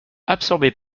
absorbée